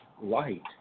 light